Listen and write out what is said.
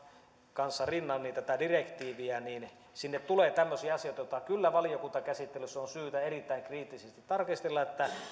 kanssa rinnan tätä direktiiviä tulee tämmöisiä asioita joita kyllä valiokuntakäsittelyssä on syytä erittäin kriittisesti tarkistella niin että